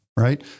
Right